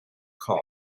com